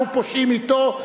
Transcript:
אנחנו פושעים אתו.